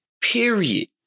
period